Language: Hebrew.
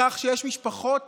בכך שיש משפחות